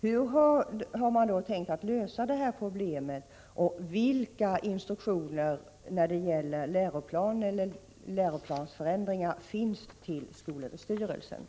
Hur har man tänkt att lösa detta problem, och vilka instruktioner har lämnats till skolöverstyrelsen när det gäller läroplan eller läroplansförändringar?